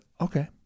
okay